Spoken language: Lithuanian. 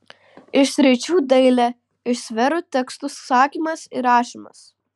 iš sričių dailė iš sferų tekstų sakymas ir rašymas